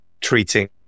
treating